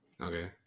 Okay